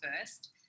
first